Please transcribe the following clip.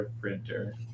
printer